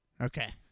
Okay